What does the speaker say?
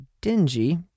dingy